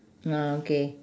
ah okay